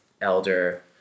elder